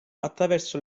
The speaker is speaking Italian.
attraverso